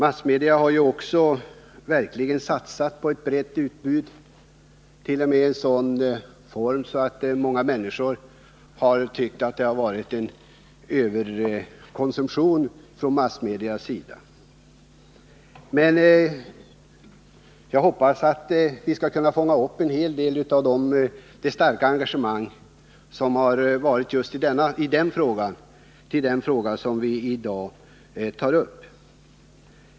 Massmedia har också verkligen satsat på ett brett utbud —t.o.m. i en sådan utsträckning att många människor har tyckt att det har varit ett överutbud från massmedias sida. Men jag hoppas att vi skall kunna fånga upp en hel del av det starka engagemang som har funnits just i det sammanhanget när det gäller den fråga vi i dag tar upp.